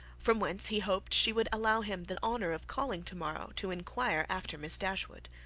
from whence he hoped she would allow him the honour of calling tomorrow to enquire after miss dashwood.